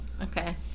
Okay